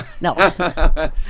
No